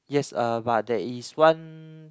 yes uh but there is one